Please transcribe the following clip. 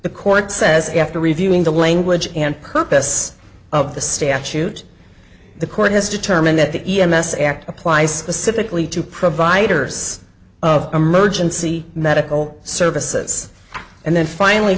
the court says after reviewing the language and purpose of the statute the court has determined that the e m s act applies specifically to providers of emergency medical services and then finally